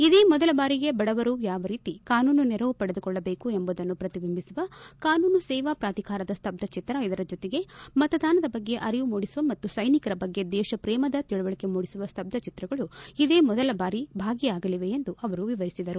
ಇದೇ ಮೊದಲ ಬಾರಿಗೆ ಬಡವರು ಯಾವ ರೀತಿ ಕಾನೂನು ನೆರವು ಪಡೆದುಕೊಳ್ಳಬೇಕು ಎಂಬುದನ್ನು ಪ್ರತಿಬಿಂಬಿಸುವ ಕಾನೂನು ಸೇವಾ ಪೂಧಿಕಾರದ ಸ್ತಬ್ದ ಚಿತ್ರ ಇದರ ಜೊತೆಗೆ ಮತದಾನದ ಬಗ್ಗೆ ಅರಿವು ಮೂಡಿಸುವ ಮತ್ತು ಸೈನಿಕರ ಬಗ್ಗೆ ದೇತ ಪ್ರೇಮದ ತಿಳುವಳಿಕೆ ಮೂಡಿಸುವ ಸ್ತಬ್ಧ ಚಿತ್ರಗಳು ಇದೇ ಮೊದಲ ಬಾರಿಗೆ ಭಾಗಿಯಾಗಲಿವೆ ಎಂದು ಅವರು ವಿವರಿಸಿದರು